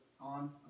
on